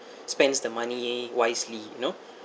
spends the money wisely you know